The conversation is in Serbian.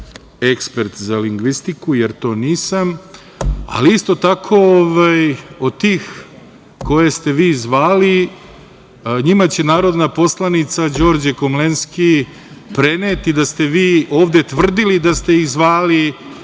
ekspert za lingvistiku, jer to nisam, ali isto tako od tih koje ste vi zvali, njima će narodna poslanica Đorđe Komlenski preneti da ste vi ovde tvrdili da ste ih zvali